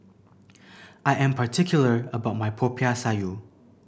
I am particular about my Popiah Sayur